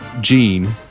gene